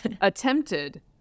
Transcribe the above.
attempted